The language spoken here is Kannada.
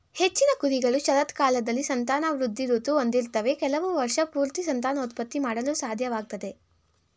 ಹೆಚ್ಚಿನ ಕುರಿಗಳು ಶರತ್ಕಾಲದಲ್ಲಿ ಸಂತಾನವೃದ್ಧಿ ಋತು ಹೊಂದಿರ್ತವೆ ಕೆಲವು ವರ್ಷಪೂರ್ತಿ ಸಂತಾನೋತ್ಪತ್ತಿ ಮಾಡಲು ಸಾಧ್ಯವಾಗ್ತದೆ